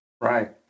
Right